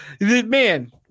Man